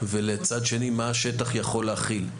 ומצד שני מה השטח יכול להכיל.